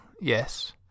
Yes